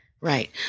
right